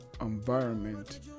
environment